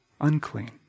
unclean